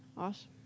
Awesome